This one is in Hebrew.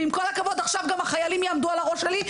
ועם כל הכבוד עכשיו גם החיילים יעמדו על הראש שלי,